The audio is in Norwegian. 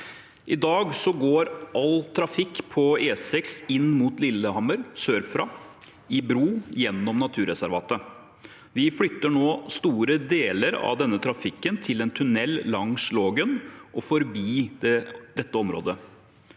I dag går all trafikk på E6 inn mot Lillehammer sørfra i bro gjennom naturreservatet. Vi flytter nå store deler av denne trafikken til en tunnel langs Lågen og forbi dette området.